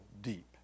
deep